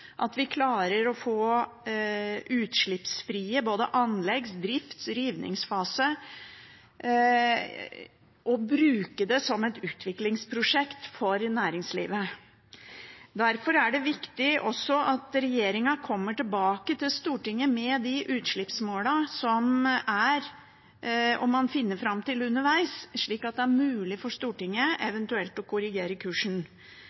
at vi klarer å få utslippsfri både anleggs-, drifts- og rivningsfase og bruke det som et utviklingsprosjekt for næringslivet. Derfor er det også viktig at regjeringen kommer tilbake til Stortinget med de utslippsmålene som er og man finner fram til underveis, slik at det er mulig for Stortinget eventuelt å korrigere kursen.